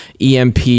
EMP